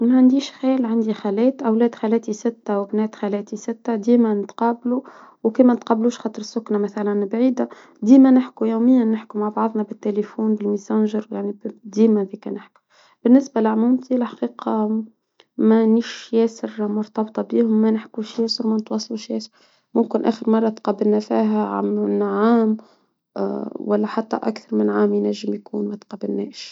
ما عنديش خيل، عندي خالات، أولاد خالاتي، ستة وبنات خالاتي ستة، ديما نتقابلوا، وكما نتقابلوش خاطر السكنة مثلا بعيدة، ديما نحكوا يوميا نحكوا مع بعضنا بالتلفون المسنجر، يعني ديما بالنسبة لعمومتي الحقيقة ما نيش ياسر مرتبطة بيهم، ما نحكوش ياسر، ما تواصلوش ياسر، ممكن آخر مرة تقابلنا فيها عام، ولا حتى أكثر من عام ينجم يكون ما تقبلناش.